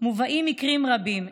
מובאים מקרים רבים.